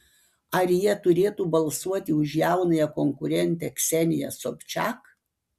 ar jie turėtų balsuoti už jaunąją konkurentę kseniją sobčiak